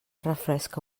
refresca